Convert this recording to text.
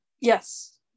Yes